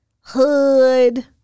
hood